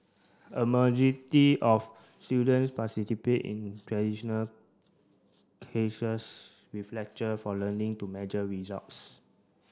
a of students participate in traditional with lecture for learning to measure results